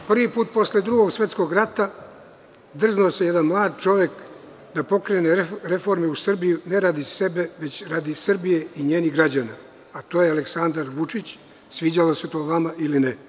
Prvi put posle Drugog svetskog rata drznuo se jedan mlad čovek da pokrene reforme u Srbiji, ne radi sebe već radi Srbije i njenih građana, a to je Aleksandar Vučić, sviđalo se to vama ili ne.